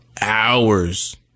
hours